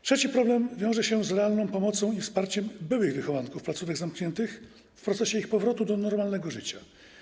Trzeci problem wiąże się z realną pomocą i wsparciem byłych wychowanków placówek zamkniętych w procesie ich powrotu do normalnego życia.